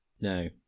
No